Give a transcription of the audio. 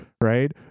right